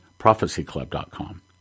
prophecyclub.com